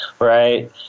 Right